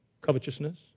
covetousness